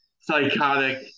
psychotic